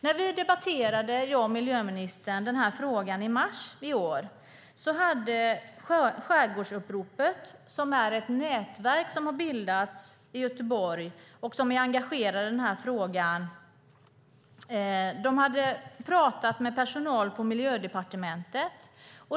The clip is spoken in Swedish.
När jag och miljöministern debatterade den här frågan i mars i år hade Skärgårdsuppropet, som är ett nätverk som har bildats i Göteborg och som är engagerat i frågan, pratat med personal på Miljödepartementet.